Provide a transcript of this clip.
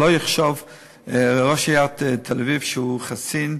שלא יחשוב ראש עיריית תל-אביב שהוא חסין.